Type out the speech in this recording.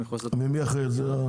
מי אחראי על זה?